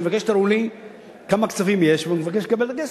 אני מבקש שתראו לי כמה כספים יש ואני מבקש לקבל את הכסף.